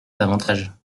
davantage